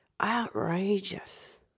Outrageous